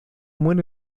muere